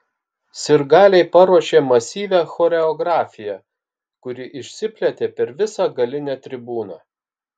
sirgaliai paruošė masyvią choreografiją kuri išsiplėtė per visą galinę tribūną